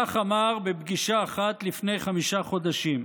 כך אמר בפגישה אחת לפני חמישה חודשים.